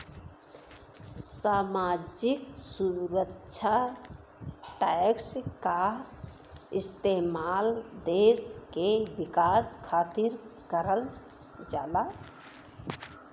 सामाजिक सुरक्षा टैक्स क इस्तेमाल देश के विकास खातिर करल जाला